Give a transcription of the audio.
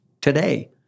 today